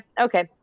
Okay